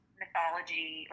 mythology